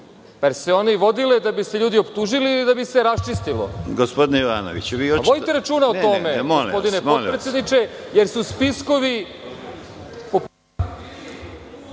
se one vodile da bi se ljudi optužili ili da bi se raščistilo? Vodite računa o tome gospodine potpredsedniče, jer su spiskovi…